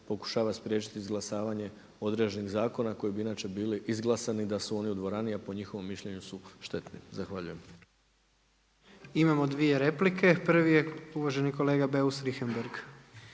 pokušava spriječiti izglasavanje određenih zakona koji bi inače bili izglasani da su oni u dvorani, a po njihovom mišljenju su štetni. Zahvaljujem. **Jandroković, Gordan (HDZ)** Imamo dvije replike. Prvi je uvaženi kolega Beus Richembergh.